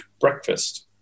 breakfast